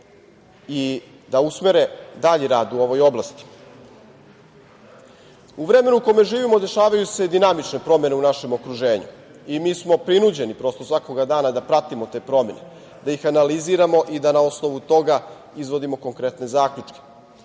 i da usmere dalji rad u ovoj oblasti.U vremenu u kome živimo dešavaju se dinamične promene u našem okruženju i mi smo prinuđeni prosto svakoga dana da pratimo te promene, da ih analiziramo i da na osnovu toga izvodimo konkretne zaključke.